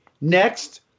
Next